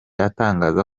atangaza